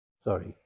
Sorry